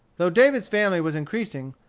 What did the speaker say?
though david's family was increasing,